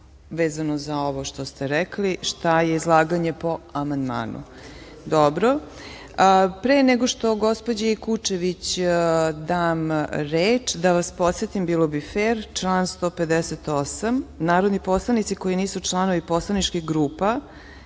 vezano za ovo što ste rekli šta je izlaganje po amandmanu. Pre nego što gospođi Kučević dam reč, da vas podsetim na član 158 - narodni poslanici koji nisu članovi poslaničkih grupa